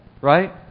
right